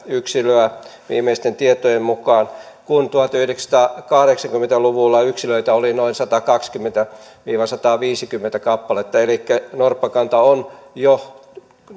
yksilöä viimeisten tietojen mukaan kun tuhatyhdeksänsataakahdeksankymmentä luvulla yksilöitä oli noin satakaksikymmentä viiva sataviisikymmentä kappaletta elikkä norppakanta on